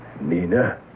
Nina